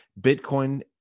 Bitcoin